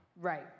Right